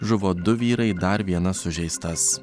žuvo du vyrai dar vienas sužeistas